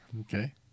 okay